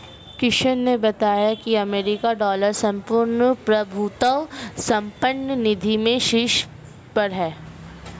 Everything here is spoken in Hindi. किशन ने बताया की अमेरिकी डॉलर संपूर्ण प्रभुत्व संपन्न निधि में शीर्ष पर है